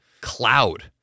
cloud